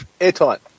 Airtight